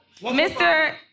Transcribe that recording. Mr